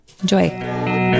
Enjoy